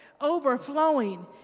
overflowing